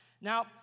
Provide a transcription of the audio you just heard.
Now